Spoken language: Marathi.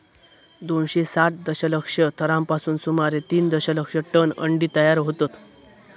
दोनशे साठ दशलक्ष थरांपासून सुमारे तीन दशलक्ष टन अंडी तयार होतत